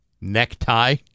Necktie